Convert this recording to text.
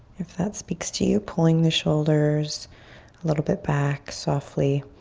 if that speaks to you. pulling the shoulders a little bit back softly.